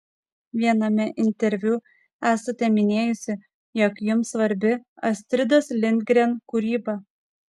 viename interviu esate minėjusi jog jums svarbi astridos lindgren kūryba